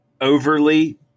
overly